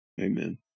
Amen